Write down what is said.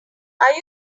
are